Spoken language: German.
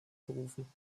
berufen